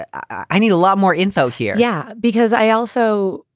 i need a lot more info here yeah, because i also.